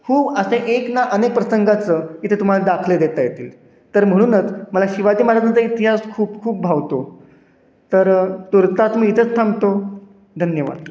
खूप असे एक ना अनेक प्रसंगाचे इथे तुम्हाला दाखले देता येतील तर म्हणूनच मला शिवाजी महाराजांचा इतिहास खूप खूप भावतो तर तूर्तास मी इथेच थांबतो धन्यवाद